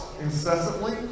incessantly